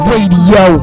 Radio